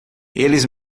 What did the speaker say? eles